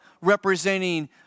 representing